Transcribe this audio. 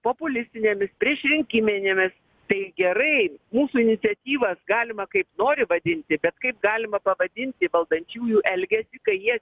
populistinėmis priešrinkiminėmis tai gerai mūsų iniciatyvas galima kaip nori vadinti bet kaip galima pavadinti valdančiųjų elgesį kai jie